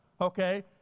Okay